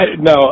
No